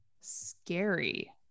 scary